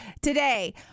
today